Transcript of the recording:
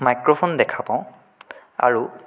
microphone দেখা পাওঁ আৰু